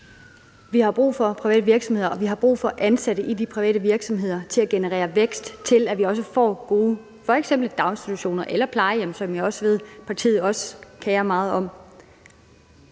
Vi har brug for private virksomheder, og vi har brug for ansatte i de private virksomheder til at generere vækst, så vi også får f.eks. gode daginstitutioner eller plejehjem, hvad jeg også ved partiet kerer sig meget om.